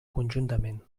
conjuntament